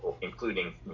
including